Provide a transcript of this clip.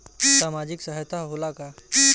सामाजिक सहायता होला का?